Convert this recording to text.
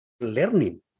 learning